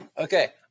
Okay